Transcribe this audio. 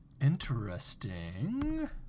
Interesting